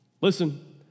listen